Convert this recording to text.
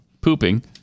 pooping